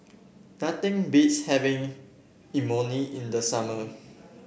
nothing beats having Imoni in the summer